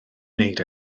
wneud